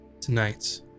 tonight